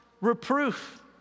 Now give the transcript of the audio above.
reproof